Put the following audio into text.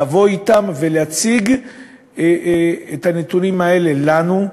לבוא אתם ולהציג את הנתונים האלה לנו,